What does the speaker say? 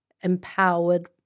empowered